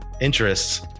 interests